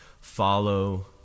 follow